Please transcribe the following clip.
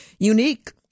Unique